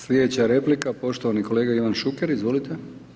Sljedeća replika poštovani kolega Ivan Šuker, izvolite.